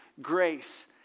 grace